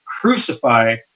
crucify